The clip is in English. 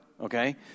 okay